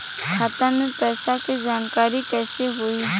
खाता मे पैसा के जानकारी कइसे होई?